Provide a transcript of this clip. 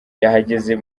yahageze